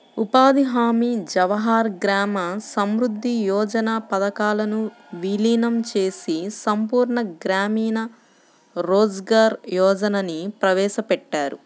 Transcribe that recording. ఉపాధి హామీ, జవహర్ గ్రామ సమృద్ధి యోజన పథకాలను వీలీనం చేసి సంపూర్ణ గ్రామీణ రోజ్గార్ యోజనని ప్రవేశపెట్టారు